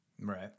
Right